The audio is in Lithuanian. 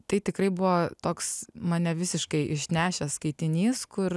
tai tikrai buvo toks mane visiškai išnešęs skaitinys kur